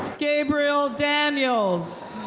gabriel daniels.